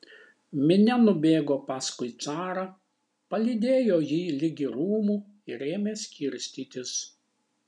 minia nubėgo paskui carą palydėjo jį ligi rūmų ir ėmė skirstytis